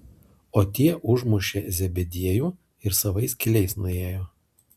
o tie užmušė zebediejų ir savais keliais nuėjo